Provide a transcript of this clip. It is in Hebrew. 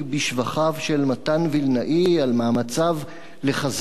של מתן וילנאי על מאמציו לחזק את העורף,